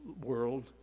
world